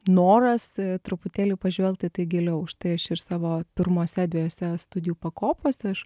noras truputėlį pažvelgt į tai giliau štai aš ir savo pirmose dvejose studijų pakopose aš